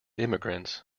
immigrants